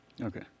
Okay